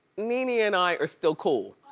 nene and i are still cool,